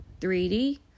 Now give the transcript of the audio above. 3D